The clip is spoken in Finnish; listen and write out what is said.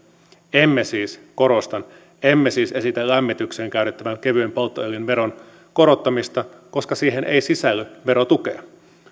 emme siis korostan esitä lämmitykseen käytettävän kevyen polttoöljyn veron korottamista koska siihen ei sisälly verotukea